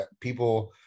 people